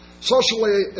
socially